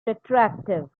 retroactive